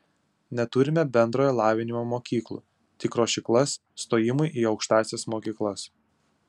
neturime bendrojo lavinimo mokyklų tik ruošyklas stojimui į aukštąsias mokyklas